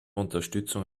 unterstützung